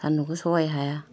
सान्दुंखौ सहाय हाया